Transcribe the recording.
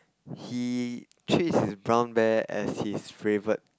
he treats his brown bear as his favourite